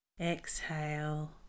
exhale